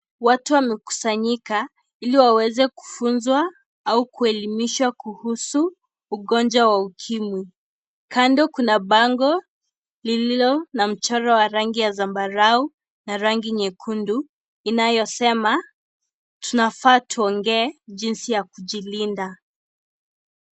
Watu wamekusanyika, ili waweze kufunzwa au kuelimishwa kuhusu ugonjwa wa ukimwi. Kando kuna bango, lililo na mchoro wa rangi ya sambarau na rangi nyekundu, inayosema,"Tunafaa tuongee jinsi ya kujilinda".